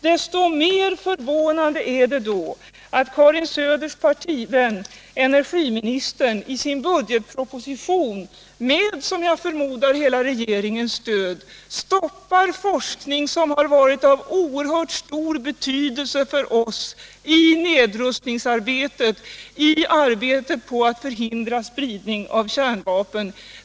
Desto mer förvånande är det då att Karin Söders partivän energiministern i budgetpropositionen med, som jag förmodar, hela regeringens stöd stoppar forskning som har varit av oerhört stor betydelse för oss i nedrustningsarbetet och i arbetet på att förhindra spridning av kärnvapen.